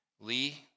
Lee